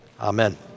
Amen